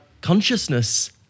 consciousness